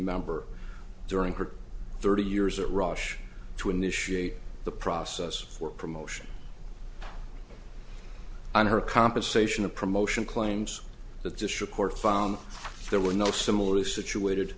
member during her thirty years at rush to initiate the process for promotion on her compensation a promotion claims that this report found there were no similarly situated